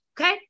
Okay